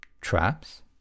Traps